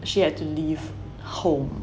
she had to leave home